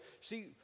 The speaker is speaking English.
See